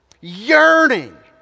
yearning